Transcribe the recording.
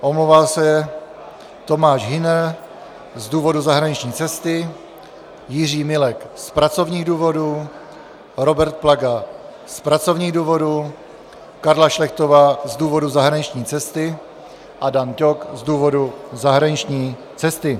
Omlouvá se Tomáš Hüner z důvodu zahraniční cesty, Jiří Milek z pracovních důvodů, Robert Plaga z pracovních důvodů, Karla Šlechtová z důvodu zahraniční cesty a Dan Ťok z důvodu zahraniční cesty.